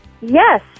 Yes